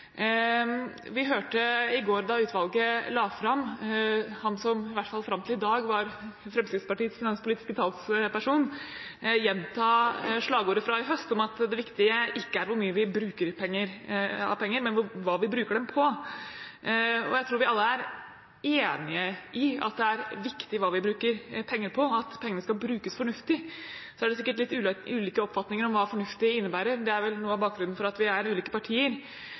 Vi hørte i går, da utvalget la fram rapporten, han som i hvert fall fram til i dag var Fremskrittspartiets finanspolitiske talsperson, gjenta slagordet fra i høst om at det viktige ikke er hvor mye vi bruker av penger, men hva vi bruker dem på. Jeg tror vi alle er enige om at det er viktig hva vi bruker penger på, og at pengene skal brukes fornuftig. Så er det sikkert litt ulike oppfatninger av hva fornuftig innebærer – det er vel noe av bakgrunnen for at vi er ulike partier.